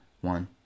one